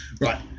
Right